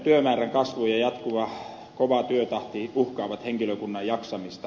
työmäärän kasvu ja jatkuva kova työtahti uhkaavat henkilökunnan jaksamista